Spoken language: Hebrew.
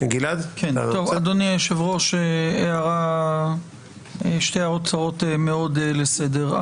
אדוני היושב-ראש, שתי הערות קצרות מאוד לסדר.